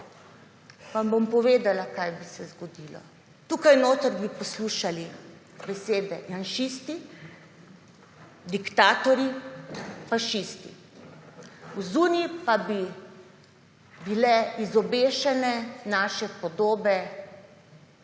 Vam bom povedala kaj bi se zgodilo. Tukaj notri bi poslušali besede janšisti, diktatorji, fašisti. Zunaj pa bi bile izobešene naše podobe